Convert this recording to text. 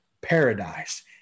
paradise